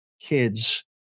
kids